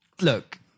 Look